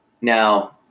Now